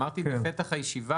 אמרתי את זה בפתח הישיבה.